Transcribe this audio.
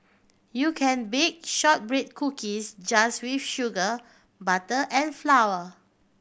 you can bake shortbread cookies just with sugar butter and flour